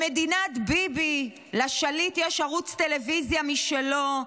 במדינת ביבי לשליט יש ערוץ טלוויזיה משלו,